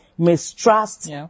mistrust